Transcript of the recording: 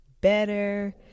better